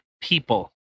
People